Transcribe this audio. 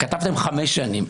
כתבתם חמש שנים.